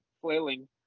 flailing